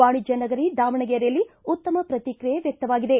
ವಾಣಿಜ್ಯ ನಗರಿ ದಾವಣಗೆರೆಯಲ್ಲಿ ಉತ್ತಮ ಪ್ರತಿಕ್ರಿಯೆ ವ್ಯಕ್ತವಾಗಿದೆ